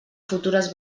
futures